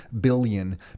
billion